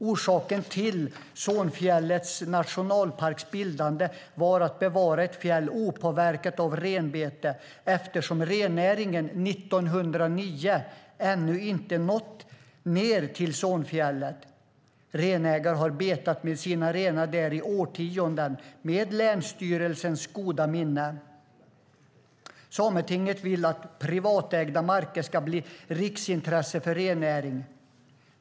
Orsaken till Sonfjällets nationalparks bildande var att bevara ett fjäll opåverkat av renbete, eftersom rennäringen år 1909 ännu inte nått ned till Sonfjället. Renägare har betat med sina renar där i årtionden, med länsstyrelsens goda minne. Sametinget vill att privatägda marker ska bli riksintresse för rennäringen.